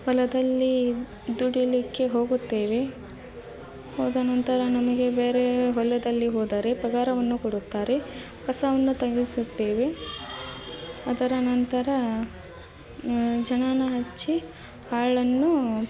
ಹೊಲದಳ್ಳಿ ದುಡಿಯಲಿಕ್ಕೆ ಹೋಗುತ್ತೇವೆ ಹೋದ ನಂತರ ನಮಗೆ ಬೇರೆ ಹೊಲದಲ್ಲಿ ಹೋದರೆ ಪಗಾರವನ್ನು ಕೊಡುತ್ತಾರೆ ಕಸವನ್ನು ತೆಗೆಸುತ್ತೇವೆ ಅದರ ನಂತರ ಜನನ ಹಚ್ಚಿ ಆಳನ್ನೂ